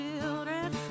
children